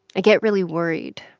i get really worried.